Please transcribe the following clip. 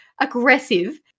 aggressive